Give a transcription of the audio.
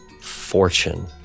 Fortune